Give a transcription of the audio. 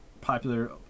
popular